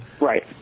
right